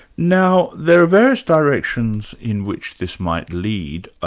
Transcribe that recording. now there are various directions in which this might lead.